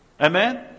Amen